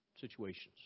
situations